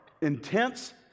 intense